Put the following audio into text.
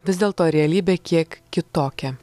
vis dėlto realybė kiek kitokia